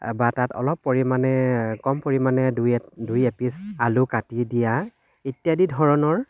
বা তাত অলপ পৰিমাণে কম পৰিমাণে দুই এ দুই এপিচ আলু কাটি দিয়া ইত্যাদি ধৰণৰ